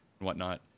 whatnot